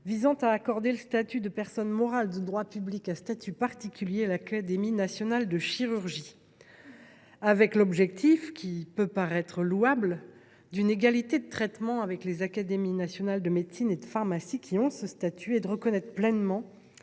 visant à accorder le statut de personne morale de droit public à statut particulier à l’Académie nationale de chirurgie. L’objectif, qui peut sembler louable, est celui d’une égalité de traitement avec les académies nationales de médecine et de pharmacie, qui ont un tel statut, et de reconnaître pleinement